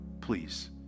Please